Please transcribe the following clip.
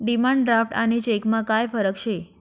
demand draft आणि चेकमा काय फरक शे